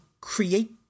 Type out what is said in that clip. create